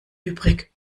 übrig